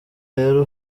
rero